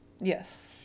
Yes